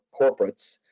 corporates